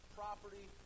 property